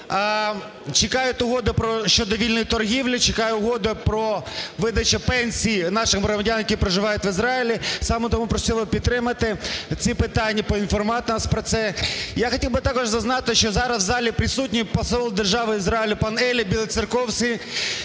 чекають угоди щодо вільної торгівлі, чекають угоди про видачу пенсій нашим громадян, які проживають в Ізраїлі. Саме тому просили підтримати ці питання, проінформувати нас про це. Я хотів би також зазначити, що зараз в залі присутній посол Держави Ізраїлю панЕліав Бєлоцерковські,